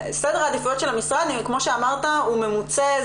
סדר העדיפויות של המשרד כמו שאמרת הוא ממוצה,